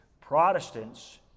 Protestants